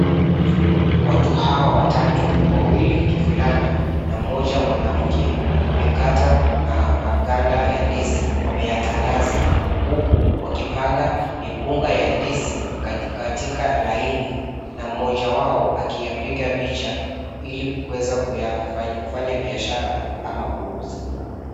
Watu hawa watatu; wawili kivulana na mmoja mwanamke wamekata maganda ya ndizi wameyatandaza huku wakipanga mikunga ya ndizi katika laini na mmoja wao akiyapiga picha ili kuweza kufanya biashara ama kuuza.